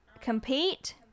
compete